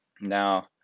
Now